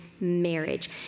marriage